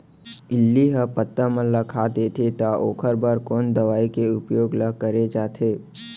इल्ली ह पत्ता मन ला खाता देथे त ओखर बर कोन दवई के उपयोग ल करे जाथे?